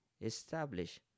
Establish